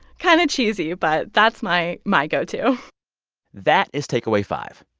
kind of cheesy, but that's my my go-to that is takeaway five.